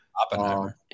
oppenheimer